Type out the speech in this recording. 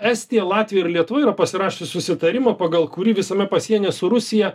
estija latvija ir lietuva yra pasirašiusi susitarimą pagal kurį visame pasienyje su rusija